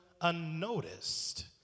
unnoticed